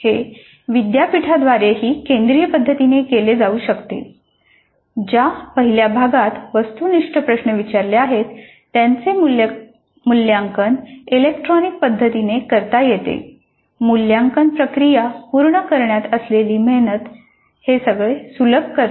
हे विद्यापीठाद्वारेही केंद्रीय पद्धतीने केले जाऊ शकते ज्या पहिल्या भागात वस्तुनिष्ठ प्रश्न विचारले आहेत त्याचे मूल्यांकन इलेक्ट्रॉनिक पद्धतीने करता येते मूल्यांकन प्रक्रिया पूर्ण करण्यात असलेली मेहनत आहे हे सुलभ करते